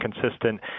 consistent